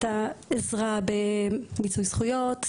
העזרה במיצוי זכויות,